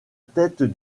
tête